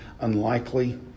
unlikely